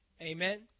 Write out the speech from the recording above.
Amen